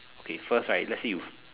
okay first right let's say you